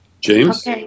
James